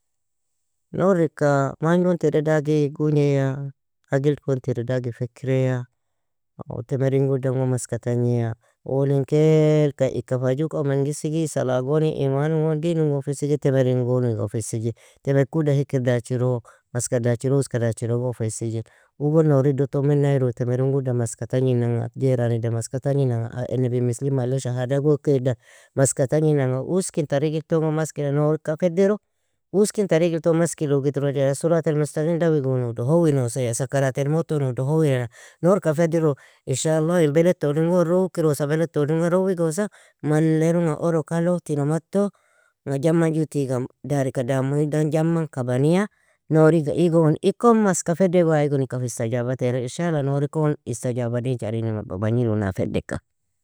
Nour ika magn gon tira dagi gugneya, agil kon tira dagi fekkireya, temerin gu dan gon maska tagneya. Awolin kailka ika fa ju kan ming isigji, salaa goni, iman un gon, din oun gon fa isigi, temerin gon uga fa isigje. Teme kudan hikir dachiro, maska dachiro, uoska dachiro go fa isigji. U gon Nouri do ton mennayru, temerin gu dan maska tagninanga, jerani dan maska tagninanga, enebin mislim mally shehadag uqeadan, maska tagninanga, uoskiin tarigilton gon maska tagninanga uoskin tarigilton gon maskine nour ka federu, uoskiin tarigilton maskil uga idrojey صراط المستقيم dawi gon udo howinoseya سكرات الموت ton udo howina, nour ka federo ان شاء الله in beled tod un gon rogkirosa, beled tod unga rowigosa malleronga oro kalo tino mattonga jaman ju tiga darika damunidan jaman kabaniya nouri iegon ikon maska fede ai gon ika fa istajaba tearain ان شاء الله nouri kon istajaba daincharin in bagnid un aa fedeka.